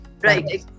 Right